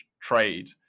trade